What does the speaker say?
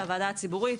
הוועדה הציבורית,